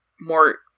more